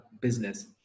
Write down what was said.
business